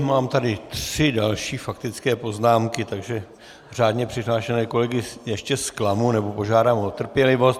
Mám tady tři další faktické poznámky, takže řádně přihlášené kolegy ještě zklamu, nebo požádám o trpělivost.